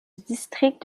district